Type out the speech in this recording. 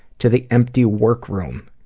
to the empty work room.